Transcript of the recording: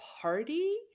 party